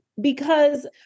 because-